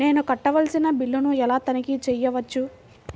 నేను కట్టవలసిన బిల్లులను ఎలా తనిఖీ చెయ్యవచ్చు?